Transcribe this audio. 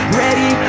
ready